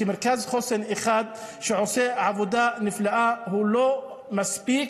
מרכז חוסן אחד, שעושה עבודה נפלאה, הוא לא מספיק.